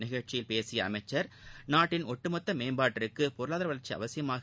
நிகழ்ச்சியில் பேசிய அமைச்சர் நாட்டின் ஒட்டுமொத்த மேம்பாட்டிற்கு பொருளாதார வளர்ச்சி அவசியமாகிறது என்று கூறினார்